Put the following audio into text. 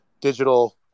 digital